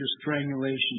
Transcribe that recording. strangulation